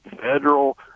federal